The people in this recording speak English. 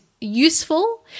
useful